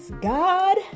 God